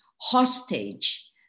hostage